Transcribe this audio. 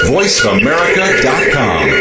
VoiceAmerica.com